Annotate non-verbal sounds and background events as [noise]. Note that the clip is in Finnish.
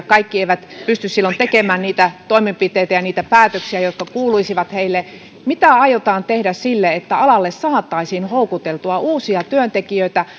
[unintelligible] kaikki eivät pysty silloin tekemään niitä toimenpiteitä ja niitä päätöksiä jotka kuuluisivat heille mitä aiotaan tehdä sille että alalle saataisiin houkuteltua uusia työntekijöitä [unintelligible]